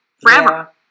forever